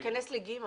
ייכנס לסעיף (ג).